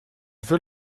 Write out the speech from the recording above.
veux